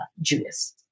Judas